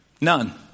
None